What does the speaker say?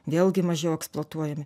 vėlgi mažiau eksploatuojami